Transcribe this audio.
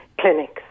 clinics